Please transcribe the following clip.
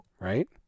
right